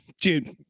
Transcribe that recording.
dude